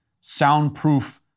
soundproof